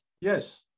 Yes